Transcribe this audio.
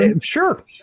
Sure